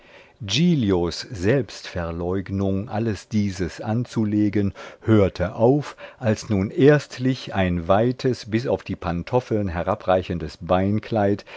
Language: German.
selbstverleugnung alles dieses anzulegen hörte auf als nun erstlich ein weites bis auf die pantoffeln herabreichendes